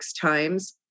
times